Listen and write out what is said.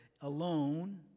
alone